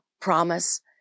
promise